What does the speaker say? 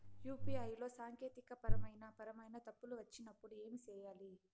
UPI లో సాంకేతికపరమైన పరమైన తప్పులు వచ్చినప్పుడు ఏమి సేయాలి